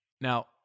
Now